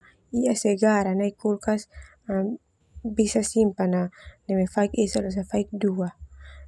Iya segar bisa simpan neme faik esa losa faik dua.